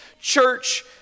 church